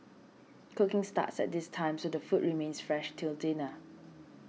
cooking starts at this time so the food remains fresh until dinner